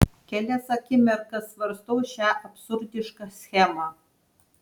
kelias akimirkas svarstau šią absurdišką schemą